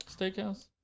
Steakhouse